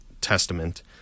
testament